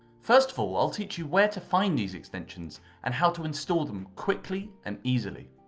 first of all, i'll teach you where to find these extensions and how to install them quickly and easily.